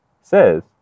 says